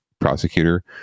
prosecutor